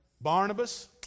Barnabas